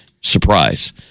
surprise